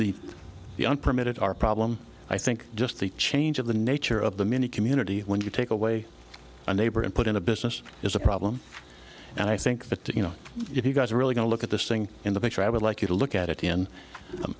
the the unpermitted our problem i think just the change of the nature of the mini community when you take away a neighbor and put in a business is a problem and i think that you know if you guys are really going to look at this thing in the picture i would like you to look at it in